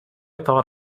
thought